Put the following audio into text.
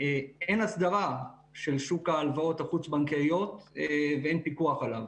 שאין הסדרה של שוק ההלוואות החוץ בנקאיות ואין פיקוח עליו.